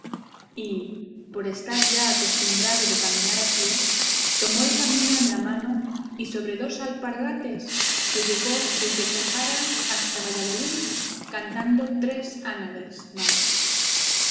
y por estar ya acostumbrado de caminar a pie tomó el camino en la mano y sobre dos alpargates se llegó desde zahara hasta valladolid cantando tres ánades madre